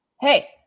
Hey